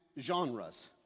genres